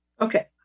Okay